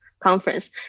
conference